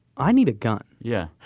i need a gun yeah.